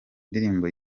indirimbo